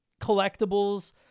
collectibles